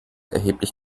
erheblich